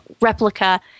replica